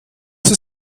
sie